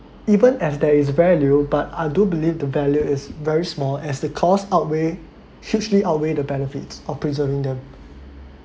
even as there is value but I do believe the value is very small as the cost outweigh hugely outweigh the benefits of preserving them